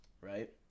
Right